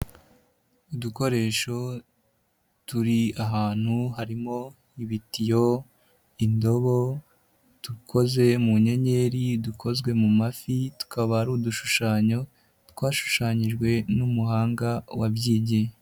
Udukoresho turi ahantu harimo; ibitiyo, indobo, dukoze mu nyenyeri, udukozwe mu mafi, tukaba ari udushushanyo twashushanyijwe n'umuhanga wabyigiye.